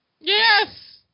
Yes